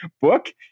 book